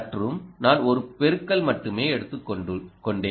மற்றும் நான் ஒரு பெருக்கல் மட்டுமே எடுத்துக்கொண்டேன்